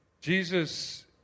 Jesus